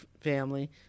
family